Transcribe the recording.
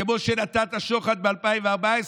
כמו שנתת שוחד ב-2014,